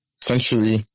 essentially